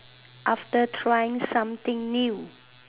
after trying something new